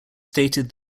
stated